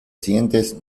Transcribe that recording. siguientes